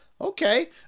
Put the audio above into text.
okay